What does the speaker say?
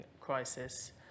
crisis